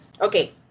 Okay